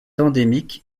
endémique